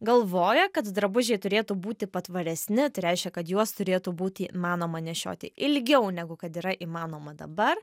galvoja kad drabužiai turėtų būti patvaresni reiškia kad juos turėtų būti įmanoma nešioti ilgiau negu kad yra įmanoma dabar